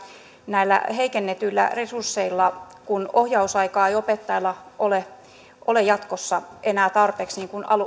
näillä heikennetyillä resursseilla ohjausaikaa ei opettajalla ole ole jatkossa enää tarpeeksi niin kuin